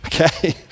Okay